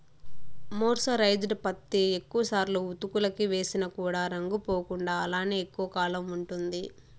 mercerised పత్తి ఎక్కువ సార్లు ఉతుకులకి వేసిన కూడా రంగు పోకుండా అలానే ఎక్కువ కాలం ఉంటుంది